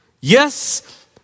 Yes